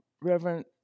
Reverend